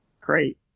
great